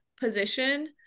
position